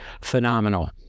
phenomenal